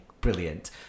brilliant